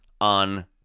on